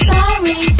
Sorry